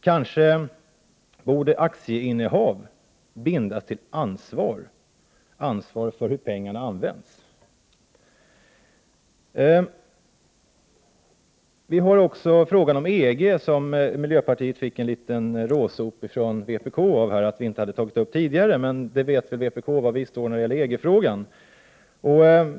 Kanske borde aktieinnehav bindas till ansvar — ansvar för hur pengarna används. Vi har också frågan om EG. Miljöpartiet fick här en råsop från vpk för att vi inte hade tagit upp den frågan tidigare. Men vpk vet väl var vi står när det gäller EG-frågan.